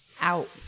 out